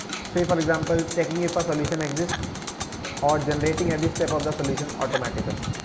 say, for example, checking if a solution exists or generating every step of the solution automatically